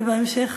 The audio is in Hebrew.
ובהמשך,